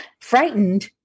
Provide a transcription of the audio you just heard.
frightened